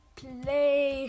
play